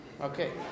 Okay